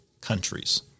countries